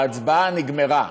ההצבעה נגמרה.